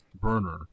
burner